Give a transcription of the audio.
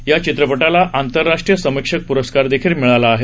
या चित्रपटाला आंतरराष्ट्रीय समिक्षक पुरस्कार मिळालेला आहे